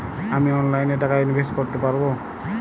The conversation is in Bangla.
আমি অনলাইনে টাকা ইনভেস্ট করতে পারবো?